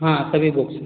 हाँ सभी बुक्स हैं